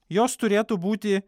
jos turėtų būti